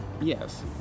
Yes